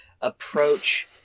approach